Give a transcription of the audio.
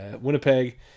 Winnipeg